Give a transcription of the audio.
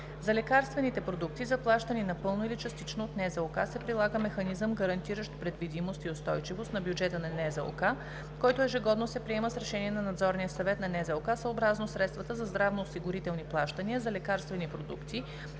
За лекарствените продукти, заплащани напълно или частично от НЗОК, се прилага механизъм, гарантиращ предвидимост и устойчивост на бюджета на НЗОК, който ежегодно се приема с решение на Надзорния съвет на НЗОК съобразно средствата за здравноосигурителни плащания за лекарствени продукти,